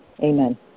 Amen